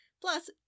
Plus